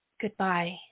goodbye